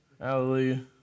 Hallelujah